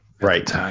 Right